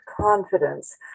confidence